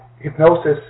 hypnosis